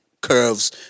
curves